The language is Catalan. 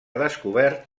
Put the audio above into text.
descobert